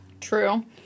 True